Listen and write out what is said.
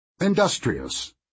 Industrious